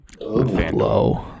Low